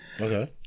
Okay